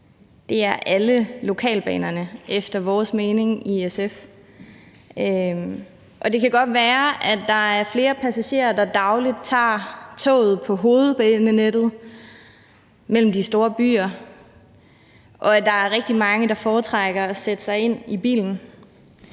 Det er alle lokalbanerne efter vores mening i SF, og det kan godt være, at der er flere passagerer, der dagligt tager toget på hovedbanenettet mellem de store byer, og at der er rigtig mange, der foretrækker at sætte sig ind i bilen,